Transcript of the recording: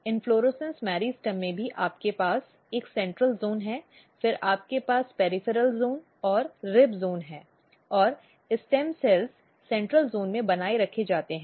inflorescence meristem में भी आपके पास एक सेंट्रल ज़ोन है फिर आपके पास पेरिफेरल ज़ोन और रिब जोन हैं और स्टेम सेल सेंट्रल ज़ोन में बनाए रखे जाते हैं